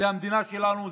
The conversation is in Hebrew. זה המדינה שלנו,